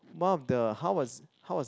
one of the how was how was the